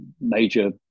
major